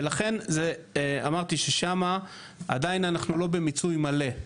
ולכן, אמרתי ששם אנחנו עדיין לא במיצוי מלא.